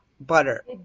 butter